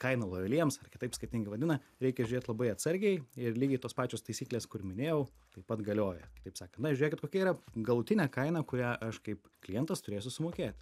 kaina lojaliems ar kitaip skirtingai vadina reikia žiūrėt labai atsargiai ir lygiai tos pačios taisyklės kur minėjau taip pat galioja kitaip sakant na žiūrėkit kokia yra galutinė kaina kurią aš kaip klientas turėsiu sumokėt